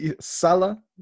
Salah